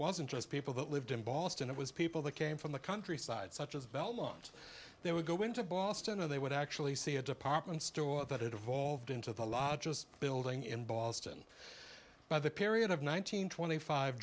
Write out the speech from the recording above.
wasn't just people that lived in boston it was people that came from the countryside such as belmont they would go into boston and they would actually see a department store that evolved into the lodges building in boston by the period of one nine hundred twenty five